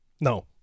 No